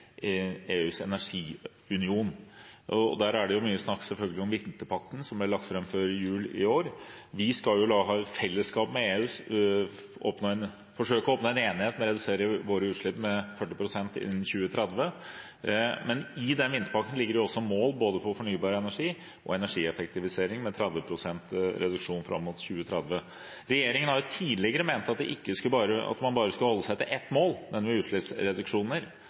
EUs energiunion. Der er det selvfølgelig mye snakk om vinterpakken, som ble lagt fram før jul i fjor. Vi skal jo i fellesskap med EU forsøke å oppnå enighet om å redusere våre utslipp med 40 pst. innen 2030, men i vinterpakken ligger det også mål om både fornybar energi og energieffektivisering, om 30 pst. reduksjon fram mot 2030. Regjeringen har tidligere ment at man bare skulle holde seg til ett mål, nemlig utslippsreduksjoner.